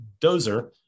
dozer